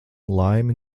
laimi